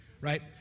Right